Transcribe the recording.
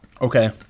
Okay